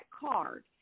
card